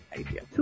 idea